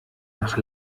nach